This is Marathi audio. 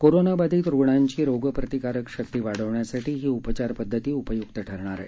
कोरोनाबाधित रुग्णांची रोग प्रतिकारशक्ती वाढवण्यासाठी ही उपचार पद्धती उपयुक ठरणार आहे